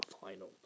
final